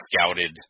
scouted